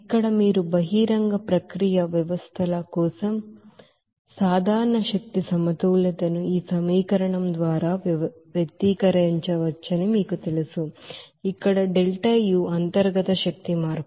ఇక్కడ మీరు బహిరంగ ప్రక్రియ వ్యవస్థల కోసం జనరల్ ఎనర్జీ బాలన్స్ సాధారణ శక్తి సమతుల్యతను ఈ సమీకరణం ద్వారా వ్యక్తీకరించవచ్చని మీకు తెలుసు ఇక్కడ ΔU ఇంటర్నల్ ఎనర్జీ చేంజ్అంతర్గత శక్తి మార్పు